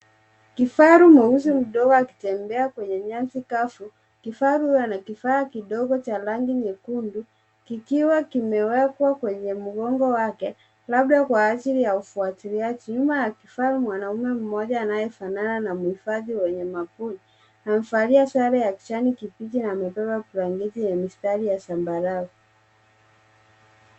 Kifaru mweusi mdogo akitembea kwenye nyasi kavu. Kifaru huyo ana kifaa kidogo cha rangi nyekundu kikiwa kimewekwa kwenye mgongo wake labda kwa ajili ya ufuatiliaji. Nyuma ya kifaru mwanaume mmoja anayefanana na muhifadhi wenye mabuti. Amevalia sare ya kijani kibichi na amebeba blanketi ya mistari ya zambarau.